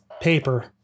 paper